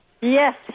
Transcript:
Yes